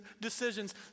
decisions